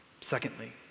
Secondly